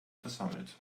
versammelt